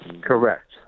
Correct